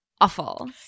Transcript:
awful